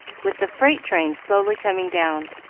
with the freight train slowly coming down.